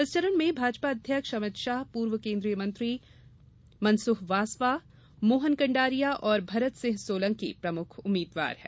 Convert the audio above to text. इस चरण में भाजपा अध्यक्ष अमित शाह पूर्व केंद्रीय मंत्री मनसुख वासवा मोहन कंडारिया और भरत सिंह सोलंकी प्रमुख उम्मीदवार हैं